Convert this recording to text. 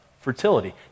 fertility